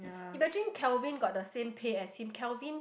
imagine Kelvin got the same pay as him Kelvin